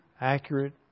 accurate